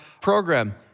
program